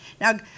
Now